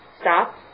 stop